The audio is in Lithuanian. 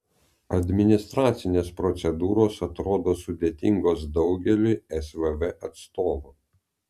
administracinės procedūros atrodo sudėtingos daugeliui svv atstovų